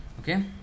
Okay